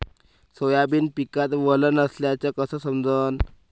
Soybean पिकात वल नसल्याचं कस समजन?